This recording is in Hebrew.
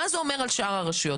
מה זה אומר על שאר הרשויות?